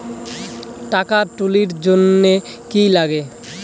টাকা তুলির জন্যে কি লাগে?